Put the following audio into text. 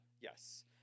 Yes